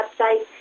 website